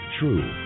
true